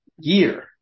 year